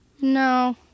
No